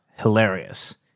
hilarious